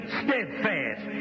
steadfast